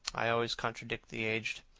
i always contradict the aged.